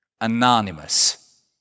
anonymous